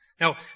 Now